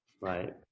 Right